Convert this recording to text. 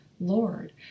Lord